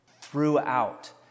Throughout